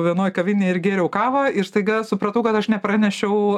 vienoj kavinėj ir gėriau kavą ir staiga supratau kad aš nepranešiau